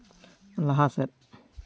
ᱞᱟᱦᱟ ᱥᱮᱫ